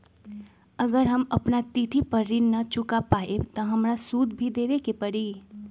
अगर हम अपना तिथि पर ऋण न चुका पायेबे त हमरा सूद भी देबे के परि?